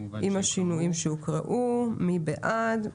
מי בעד?